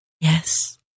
Yes